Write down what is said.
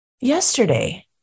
Yesterday